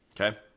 Okay